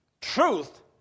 truth